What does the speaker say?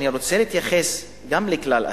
אני רוצה להתייחס גם לכלל אחר,